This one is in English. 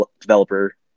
developer